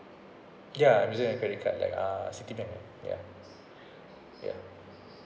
ya I'm using a credit card ya uh Citibank ya ya